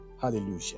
Hallelujah